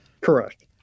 Correct